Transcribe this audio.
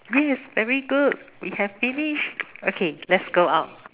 yes very good we have finished okay let's go out